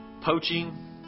Poaching